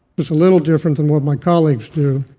it's a little different than what my colleagues do,